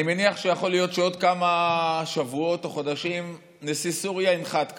אני מניח שיכול להיות שעוד כמה שבועות או חודשים נשיא סוריה ינחת כאן,